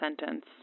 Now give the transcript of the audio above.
sentence